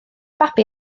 babi